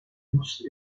douce